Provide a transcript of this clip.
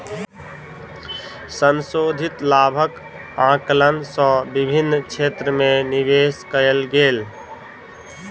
संशोधित लाभक आंकलन सँ विभिन्न क्षेत्र में निवेश कयल गेल